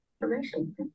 information